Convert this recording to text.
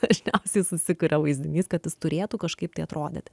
dažniausiai susikuria vaizdinys kad jis turėtų kažkaip tai atrodyti